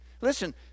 Listen